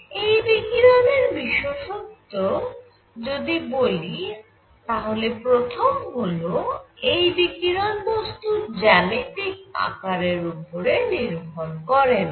এই বিকিরণের বিশেষত্ব যদি বলি তাহলে প্রথম হল এই বিকিরণ বস্তুর জ্যামিতিক আকারের উপর নির্ভর করেনা